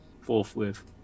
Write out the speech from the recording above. forthwith